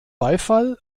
beifall